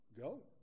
go